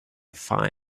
fine